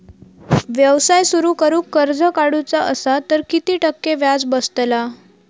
व्यवसाय सुरु करूक कर्ज काढूचा असा तर किती टक्के व्याज बसतला?